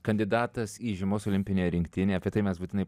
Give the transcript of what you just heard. kandidatas į žiemos olimpinę rinktinę apie tai mes būtinai